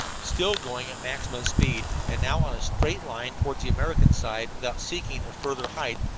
still going at maximum speed, and now on a straight line toward the american side, without seeking a further height,